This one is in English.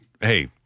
hey